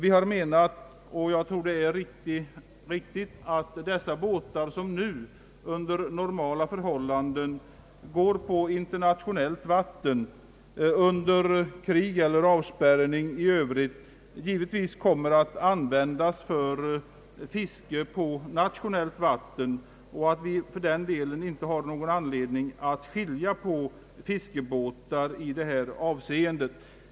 Vi har menat — och jag tror att det är riktigt — att dessa båtar, som under normala förhållanden går på internationellt vatten, under krig eller avspärrning i övrigt givetvis kommer att användas för fiske på nationellt vatten och att vi därför inte har någon anledning att skilja på fiskebåtar i detta avseende.